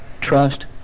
trust